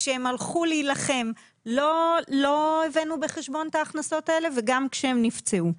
כשהם הלכו להילחם לא הבאנו בחשבון את ההכנסות האלה וגם כשהם נפצעו.